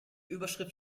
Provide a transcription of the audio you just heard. überschrift